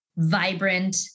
vibrant